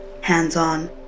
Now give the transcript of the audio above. hands-on